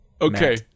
Okay